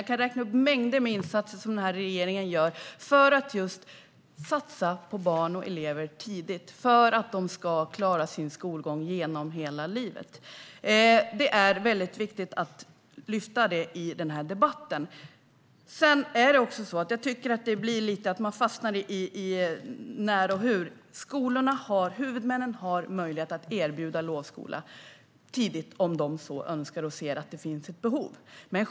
Jag kan räkna upp mängder med insatser som regeringen gör för att just satsa på barn och elever tidigt så att de ska klara hela sin skolgång. Det är väldigt viktigt att lyfta fram det i debatten. Jag tycker att man fastnar lite i när och hur. Skolorna och huvudmännen har möjlighet att erbjuda lovskola tidigt om de så önskar och ser att det finns ett behov.